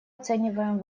оцениваем